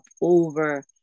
over